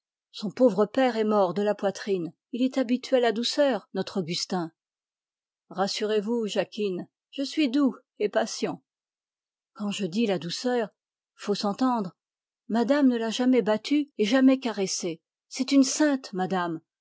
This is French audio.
son pauvre père est mort de la poitrine il est habitué à la douceur notre augustin rassurez-vous jacquine je suis doux et patient quand je dis la douceur faut s'entendre madame ne l'a jamais battu et jamais caressé c'est une sainte madame